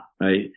Right